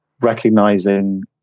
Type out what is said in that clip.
recognizing